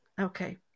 Okay